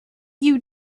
you